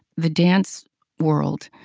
the dance world,